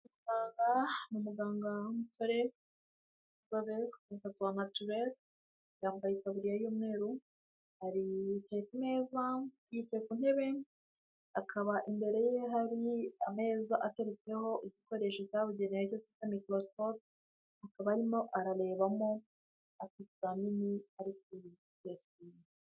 Umuganga w'umusore ufite umusatsi wa natirere, yambaye itaburiya y'umweru, ameze neza yicaye ku ntebe, akaba imbere ye hari ameza ateretseho igikoresho cyabugenewe aricyo twita mikorosikope, akaba arimo ararebamo afite ibizamini arimo gupima.